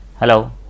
Hello